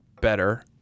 better